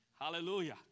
Hallelujah